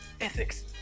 ethics